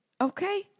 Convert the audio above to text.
okay